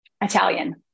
Italian